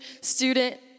student